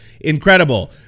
incredible